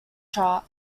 chart